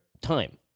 time